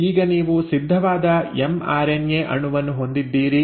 ಈಗ ನೀವು ಸಿದ್ಧವಾದ ಎಂಆರ್ಎನ್ಎ ಅಣುವನ್ನು ಹೊಂದಿದ್ದೀರಿ